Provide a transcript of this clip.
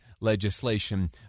legislation